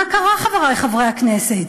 מה קרה, חברי חברי הכנסת?